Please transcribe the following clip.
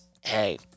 hey